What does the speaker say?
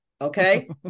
Okay